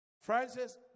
Francis